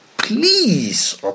Please